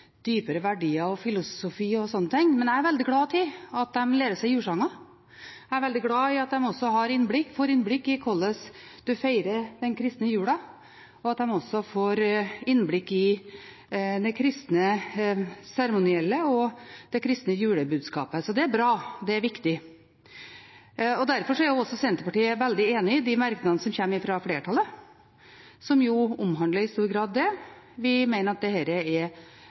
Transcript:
dypere verdier, filosofi og slikt, men jeg er veldig glad for at de lærer seg julesanger. Jeg er også veldig glad for at de får innblikk i hvordan en feirer den kristne jula, og at de også får innblikk i kristne seremonier og det kristne julebudskapet. Det er bra og viktig. Derfor er Senterpartiet veldig enig i merknadene fra flertallet, som i stor grad omhandler dette. Vi mener at dette er nyttig, fornuftig og positivt, men en må jo sjølsagt også organisere et nødvendig fritak for dem som ikke ønsker å delta på den typen gudstjeneste. Det